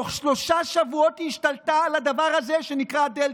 תוך שלושה שבועות היא השתלטה על הדבר הזה שנקרא דלתא,